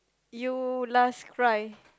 you last cry